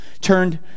turned